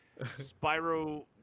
spyro